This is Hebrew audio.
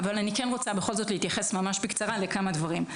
אבל אני כן רוצה בכל זאת להתייחס ממש בקצרה לכמה דברים.